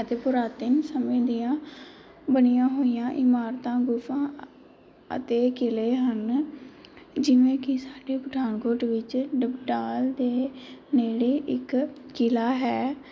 ਅਤੇ ਪੁਰਾਤਨ ਸਮੇਂ ਦੀਆਂ ਬਣੀਆਂ ਹੋਈਆਂ ਇਮਾਰਤਾਂ ਗੁਫਾਵਾਂ ਅਤੇ ਕਿਲ੍ਹੇ ਹਨ ਜਿਵੇਂ ਕਿ ਸਾਡੇ ਪਠਾਨਕੋਟ ਵਿੱਚ ਡਪਟਾਲ ਦੇ ਨੇੜੇ ਇੱਕ ਕਿਲ੍ਹਾ ਹੈ